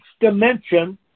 dimension